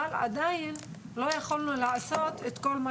אבל עדיין לא יכולנו לעשות את כל מה